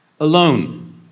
alone